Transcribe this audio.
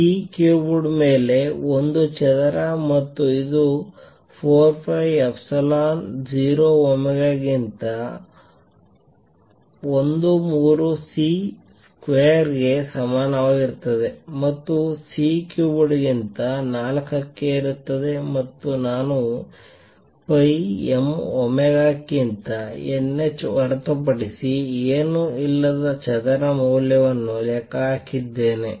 C cubed ಮೇಲೆ ಒಂದು ಚದರ ಮತ್ತು ಇದು 4 pi ಎಪ್ಸಿಲಾನ್ 0 ಒಮೆಗಾ ಗಿಂತ 1 ಮೂರನೇ C ಸ್ಕ್ವೇರ್ ಗೆ ಸಮನಾಗಿರುತ್ತದೆ ಮತ್ತು C ಕ್ಯೂಬ್ಡ್ ಗಿಂತ 4 ಕ್ಕೆ ಏರುತ್ತದೆ ಮತ್ತು ನಾನು pi m ಒಮೆಗಾಕ್ಕಿಂತ n h ಹೊರತುಪಡಿಸಿ ಏನೂ ಇಲ್ಲದ ಚದರ ಮೌಲ್ಯವನ್ನು ಲೆಕ್ಕ ಹಾಕಿದ್ದೇನೆ